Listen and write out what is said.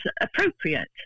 appropriate